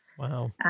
Wow